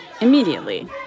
Immediately